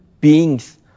beings